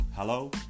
Hello